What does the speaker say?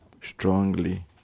strongly